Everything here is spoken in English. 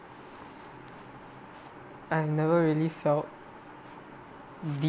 I never really felt deep